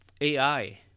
AI